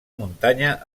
muntanya